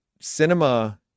cinema